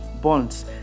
bonds